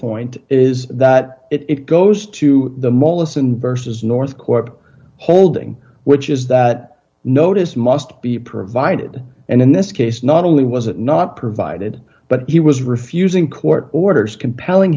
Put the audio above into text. point is that it goes to the mall ison versus north court holding which is that notice must be provided and in this case not only was it not provided but he was refusing court orders compelling